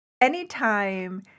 anytime